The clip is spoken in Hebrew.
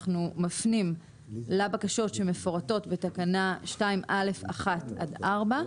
אנחנו מפנים לבקשות שמפורטות בתקנה 2(א)(1) עד (4),